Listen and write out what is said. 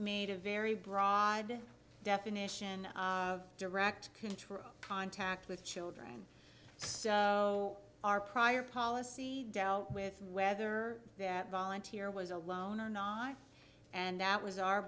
made a very broad definition of direct control contact with children so our prior policy dealt with whether that volunteer was alone or not and that was our